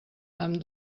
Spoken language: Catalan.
amb